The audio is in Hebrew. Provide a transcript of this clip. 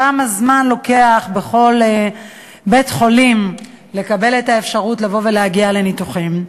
כמה זמן לוקח בכל בית-חולים לקבל את האפשרות לבוא ולהגיע לניתוחים.